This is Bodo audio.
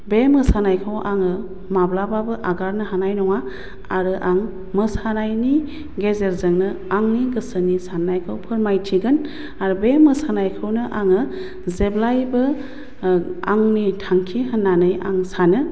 बे मोसानायखौ आङो माब्लाबाबो आगारनो हानाय नङा आरो आं मोसानायनि गेजेरजोंनो आंनि गोसोनि सान्नायखौ फोरमायथिगोन आरो बे मोसानायखौनो आङो जेब्लायबो आंनि थांखि होन्नानै आं सानो